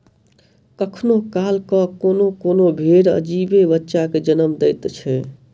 कखनो काल क कोनो कोनो भेंड़ अजीबे बच्चा के जन्म दैत छै